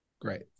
Great